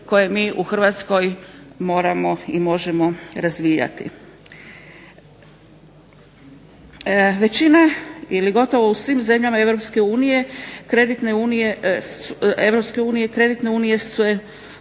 koje mi u Hrvatskoj moramo i možemo razvijati. Većina ili gotovo u svim zemljama Europske unije